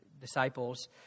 disciples